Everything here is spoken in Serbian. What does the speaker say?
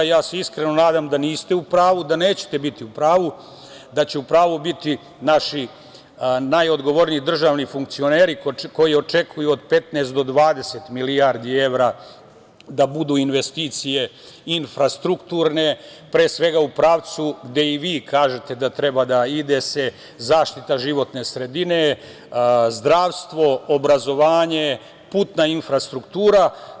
Ja se iskreno nadam da niste u pravu, da nećete biti u pravu, da će u pravu biti naši najodgovorniji državni funkcioneri koji očekuju od 15 do 20 milijardi evra da budu investicije infrastrukturne, pre svega, u pravcu gde i vi kažete da treba da se ide, zaštita životne sredine, zdravstvo, obrazovanje, putna infrastruktura.